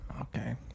Okay